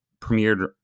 premiered